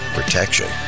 protection